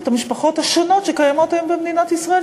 את המשפחות השונות שקיימות היום במדינת ישראל,